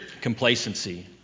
complacency